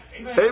Amen